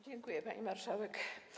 Dziękuję, pani marszałek.